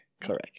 Correct